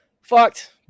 Fucked